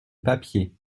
papier